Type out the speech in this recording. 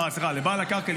פרופ' זרטל, זיכרונו לברכה,